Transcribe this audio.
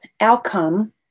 outcome